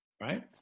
right